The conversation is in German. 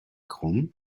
krumm